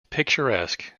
picturesque